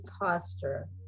posture